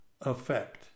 effect